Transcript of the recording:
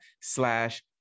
slash